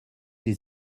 les